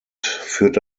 führte